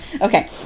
Okay